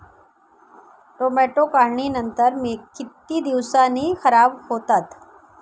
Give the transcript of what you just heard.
Tomato काढणीनंतर किती दिवसांनी खराब होतात?